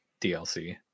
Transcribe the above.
dlc